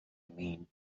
mean